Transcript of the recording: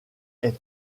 est